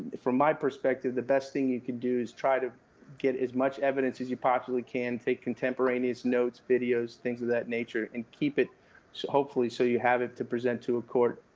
from my perspective, the best thing you can do is try to get as much evidence as you possibly can, take contemporaneous notes, videos, things of that nature and keep it hopefully so you have it to present to a court.